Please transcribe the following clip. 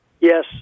Yes